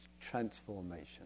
transformation